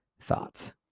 thoughts